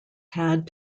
had